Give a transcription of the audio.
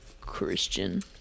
Christian